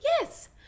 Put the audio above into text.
Yes